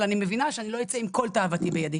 אני מבינה שאני לא אצא עם תאוותי בידי,